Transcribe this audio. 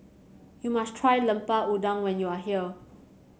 you must try Lemper Udang when you are here